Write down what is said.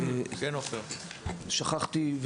שכחתי,